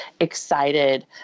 excited